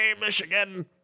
michigan